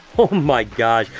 oh my gosh!